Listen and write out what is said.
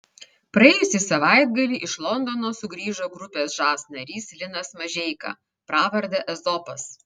praėjusį savaitgalį iš londono sugrįžo grupės žas narys linas mažeika pravarde ezopas